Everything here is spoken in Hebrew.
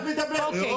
או-קי.